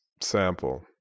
sample